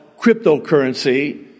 cryptocurrency